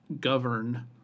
govern